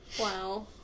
Wow